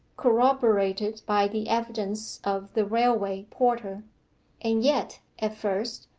corroborated by the evidence of the railway-porter. and yet, at first,